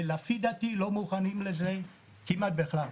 לפי דעתי אנחנו לא מוכנים לזה כמעט בכלל.